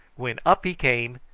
when up he came,